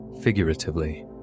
figuratively